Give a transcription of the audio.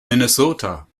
minnesota